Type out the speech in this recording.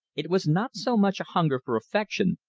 it was not so much a hunger for affection,